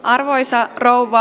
arvoisa rouva